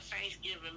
Thanksgiving